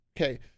okay